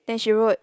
then she wrote